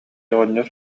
оҕонньор